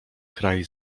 kraj